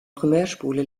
primärspule